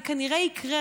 זה כנראה יקרה,